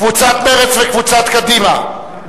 קבוצת מרצ וקבוצת קדימה,